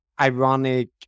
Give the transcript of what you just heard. ironic